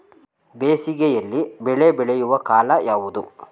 ಬೇಸಿಗೆ ಯಲ್ಲಿ ಬೆಳೆ ಬೆಳೆಯುವ ಕಾಲ ಯಾವುದು?